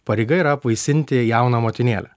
pareiga yra apvaisinti jauną motinėlę